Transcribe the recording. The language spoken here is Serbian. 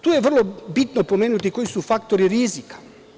Tu je vrlo bitno pomenuti koji su faktori rizika.